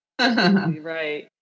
Right